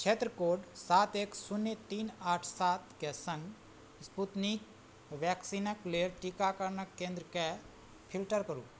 क्षेत्र कोड सात एक शून्य तीन आठ सातके सङ्ग स्पुतनिक वैक्सीनक लेल टीकाकरणक केन्द्रक फिल्टर करू